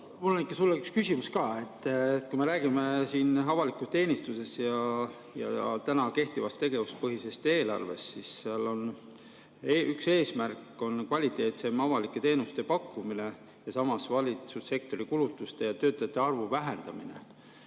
sulle ikka üks küsimus ka. Kui me räägime siin avalikust teenistusest ja kehtivast tegevuspõhisest eelarvest, siis seal on üks eesmärk kvaliteetsem avalike teenuste pakkumine ja samas valitsussektori kulutuste ja töötajate arvu vähendamine.